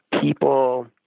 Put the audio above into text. people –